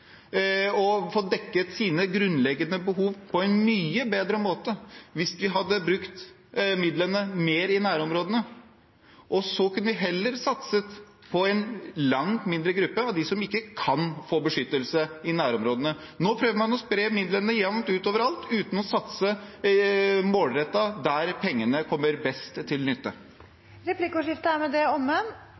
og fått dekket sine grunnleggende behov på en mye bedre måte hvis vi hadde brukt midlene mer i nærområdene, og så kunne vi heller satset på en langt mindre gruppe av dem som ikke kan få beskyttelse i nærområdene. Nå prøver man å spre midlene jevnt ut over alt, uten å satse målrettet der pengene kommer best til nytte. Replikkordskiftet er dermed omme.